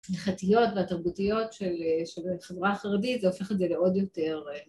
הלכתיות והתרבותיות של החברה החרדית, ‫זה הופך את זה לעוד יותר...